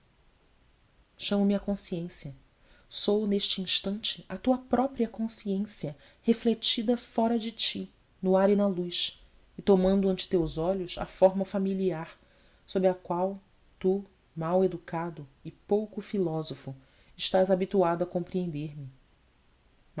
sinto chamo-me consciência sou neste instante a tua própria consciência refletida fora de ti no ar e na luz e tomando ante teus olhos a forma familiar sob a qual tu maleducado e pouco filosófico estás habituado a compreender me